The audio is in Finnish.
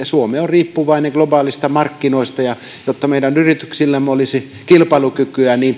suomi on riippuvainen globaaleista markkinoista ja jotta meidän yrityksillämme olisi kilpailukykyä